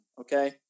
okay